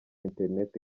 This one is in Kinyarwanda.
internet